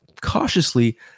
cautiously